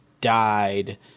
died